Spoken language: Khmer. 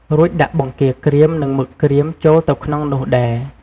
រួចដាក់ បង្គាក្រៀម និង មឹកក្រៀមចូលទៅក្នុងនោះដែរ។